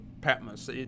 Patmos